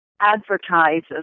advertises